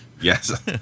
Yes